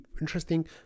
interesting